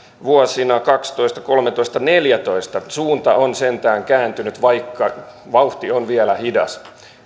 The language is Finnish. vuosina kaksitoista kolmetoista neljätoista suunta on sentään kääntynyt vaikka vauhti on vielä hidas